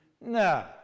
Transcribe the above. No